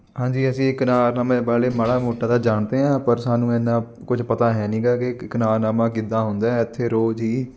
ਹਾਂਜੀ ਅਸੀਂ ਇੱਕਰਾਰਨਾਮੇ ਬਾਰੇ ਮਾੜਾ ਮੋਟਾ ਤਾਂ ਜਾਣਦੇ ਹਾਂ ਪਰ ਸਾਨੂੰ ਇੰਨਾਂ ਕੁਝ ਪਤਾ ਹੈ ਨਹੀਂ ਗਾ ਕਿ ਇੱਕਰਾਰਨਾਮਾ ਕਿੱਦਾਂ ਹੁੰਦਾ ਇੱਥੇ ਰੋਜ਼ ਹੀ